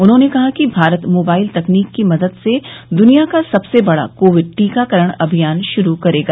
उन्होंने कहा कि भारत मोबाइल तकनीक की मदद से दुनिया का सबसे बड़ा कोविड टीकाकरण अभियान शुरू करेगा